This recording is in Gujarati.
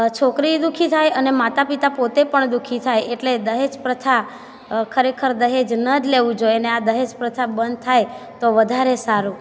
છોકરી દુખી થાય અને માતા પિતા પોતે પણ દુખી થાય એટલે દહેજ પ્રથા ખરેખર દહેજ ન જ લેવું જોએ ને આ દહેજ પ્રથા બંદ થાય તો વધારે સારું